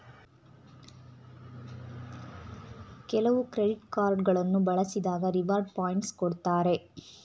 ಕೆಲವು credit card ಗಳನ್ನು ಬಳಸಿದಾಗ ರಿವಾರ್ಡ್ ಪಾಯಿಂಟ್ಸ್ ಕೊಡ್ತಾರೆ